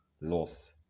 loss